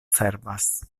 servas